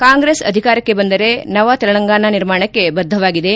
ಕಾಂಗ್ರೆಸ್ ಅಧಿಕಾರಕ್ಕೆ ಬಂದರೆ ನವ ತೆಲಂಗಾಣ ನಿರ್ಮಾಣಕ್ಕೆ ಬದ್ದವಾಗಿದೆ